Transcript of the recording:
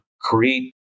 create